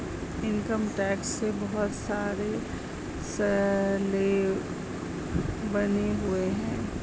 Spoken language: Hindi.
इनकम टैक्स के बहुत सारे स्लैब बने हुए हैं